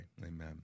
amen